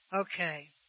Okay